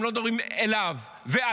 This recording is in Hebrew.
הם לא מדברים אליו ועליו,